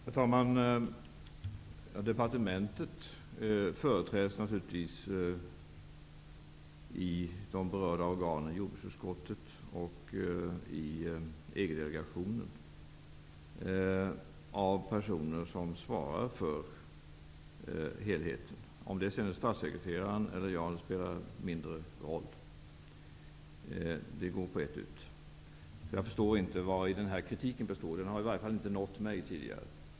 Herr talman! Departementet företräds naturligtvis i de berörda organen, jordbruksutskottet och EG delegationen, av personer som svarar för helheten. Om det sedan är statssekreterare eller jag spelar mindre roll. Det går på ett ut. Så jag förstår inte vad den här kritiken består i. Den har i varje fall inte nått mig tidigare.